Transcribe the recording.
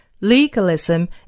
Legalism